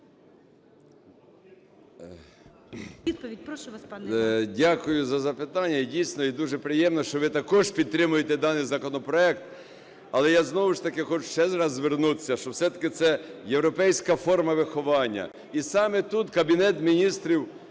Дякую за запитання. Дійсно і дуже приємно, що ви також підтримуєте даний законопроект. Але я знову ж таки хочу ще раз звернутися, що все-таки це європейська форма виховання. І саме тут Кабінет Міністрів